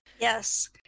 Yes